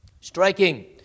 Striking